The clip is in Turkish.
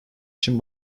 için